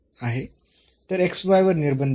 तर वर निर्बंध आहेत